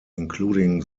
including